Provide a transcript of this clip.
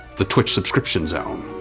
the twitch subscription zone.